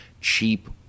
cheap